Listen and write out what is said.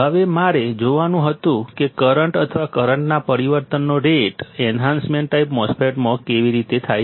હવે મારે જોવાનું હતું કે કરંટ અથવા કરંટના પરિવર્તનનો રેટ એન્હાન્સમેન્ટ ટાઈપ MOSFET માં કેવી રીતે થાય છે